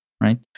Right